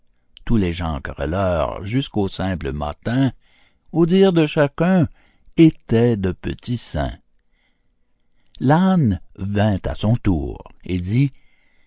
tous les gens querelleurs jusqu'aux simples mâtins au dire de chacun étaient de petits saints l'âne vint à son tour et dit